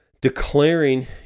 declaring